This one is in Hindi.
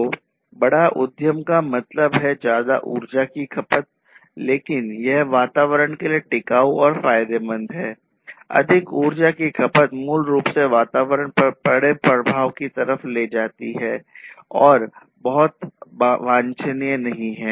तो बड़ा उद्यम का मतलब है ज्यादा ऊर्जा की खपत लेकिन यह वातावरण के लिए टिकाऊ और फायदेमंद है अधिक ऊर्जा की खपत मूल रूप से वातावरण पर बड़े प्रभाव की ओर ले जाती है और जो बहुत वांछनीय नहीं है